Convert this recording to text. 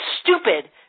stupid